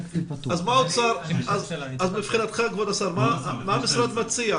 אז מבחינתך כבוד השר, מה המשרד מציע?